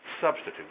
substitute